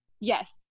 yes